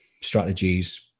strategies